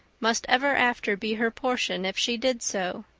must ever after be her portion if she did so.